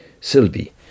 Sylvie